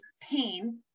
pain